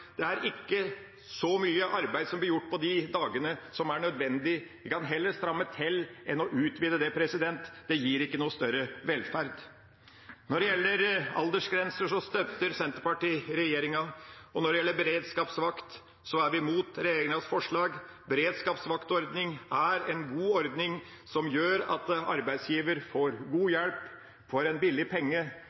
Det er ikke så mye arbeid som blir gjort på de dagene, som er nødvendig. En kan heller stramme til enn å utvide dette. Det gir ikke noe større velferd. Når det gjelder aldersgrenser, støtter Senterpartiet regjeringa, og når det gjelder beredskapsvakt, er vi imot regjeringas forslag. Beredskapsvaktordning er en god ordning som gjør at arbeidsgiver får god hjelp for en billig penge.